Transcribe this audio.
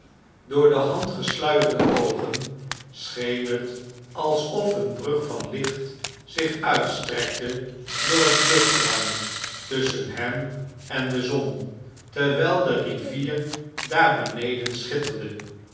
door de hand gesluierde oogen scheen het alsof eene brug van licht zich uitstrekte door het luchtruim tusschen hem en de zon terwijl de rivier daar beneden schitterde